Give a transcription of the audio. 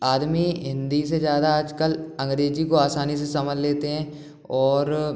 आदमी हिंदी से ज़्यादा आजकल अंग्रेजी को असानी से समझ लेते हैं और